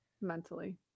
mentally